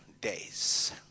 days